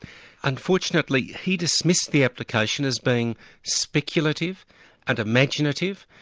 unfortunately, he dismissed the application as being speculative and imaginative,